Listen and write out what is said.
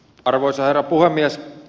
arvoisa herra puhemies